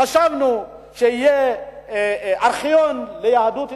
חשבנו שיהיה ארכיון ליהדות אתיופיה,